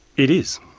it is.